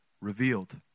revealed